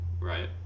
right